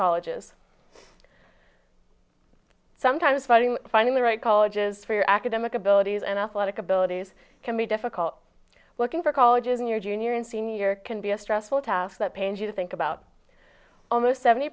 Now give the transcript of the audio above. colleges sometimes fighting finding the right colleges for your academic abilities and athletic abilities can be difficult looking for colleges in your junior and senior can be a stressful task that pains you to think about almost seventy